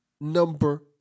number